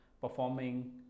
performing